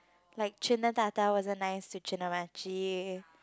like wasn't nice to